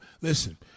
listen